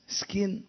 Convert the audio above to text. skin